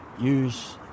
use